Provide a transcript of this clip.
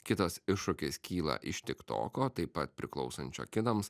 kitas iššūkis kyla iš tiktoko taip pat priklausančio kinams